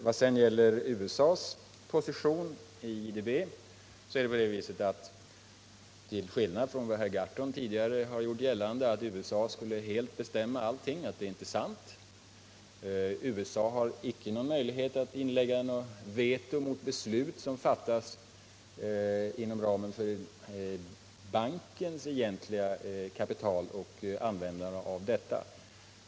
Vad slutligen gäller USA:s position i IDB har ju herr Gahrton tidigare gjort gällande att USA skulle bestämma allting. Det är inte sant. USA har icke någon möjlighet att inlägga veto mot beslut som fattats rörande användningen av bankens kapital.